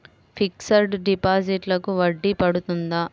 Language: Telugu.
ఫిక్సడ్ డిపాజిట్లకు వడ్డీ పడుతుందా?